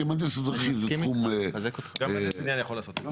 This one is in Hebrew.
כי מהנדס אזרחי זה תחום --- גם מהנדס בניין יכול לעשות את זה.